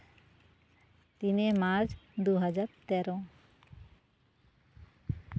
ᱛᱤᱱᱮ ᱢᱟᱨᱪ ᱫᱩ ᱦᱟᱡᱟᱨ ᱛᱮᱨᱚ